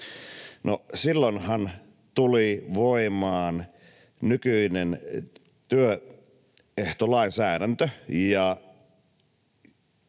silloinhan tuli voimaan nykyinen työehtolainsäädäntö.